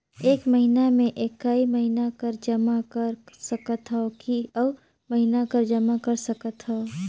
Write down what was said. एक महीना मे एकई महीना कर जमा कर सकथव कि अउ महीना कर जमा कर सकथव?